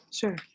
Sure